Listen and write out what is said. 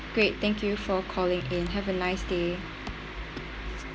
great thank you for calling in and have a nice day